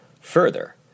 Further